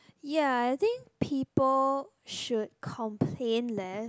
ya I think people should complain less